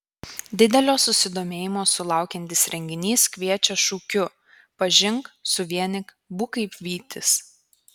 didelio susidomėjimo sulaukiantis renginys kviečia šūkiu pažink suvienyk būk kaip vytis